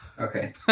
Okay